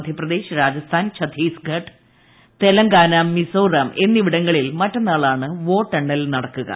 മധ്യപ്രദേശ് രാജസ്ഥാൻ ഛത്തീസ്ഗഡ് തെലങ്കാന മിസോറം എന്നിവിടങ്ങളിൽ മറ്റെന്നാളാണ് വോട്ടെണ്ണൽ നടക്കു ക